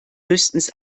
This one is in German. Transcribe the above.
höchstens